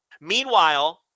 Meanwhile